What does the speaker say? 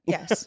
Yes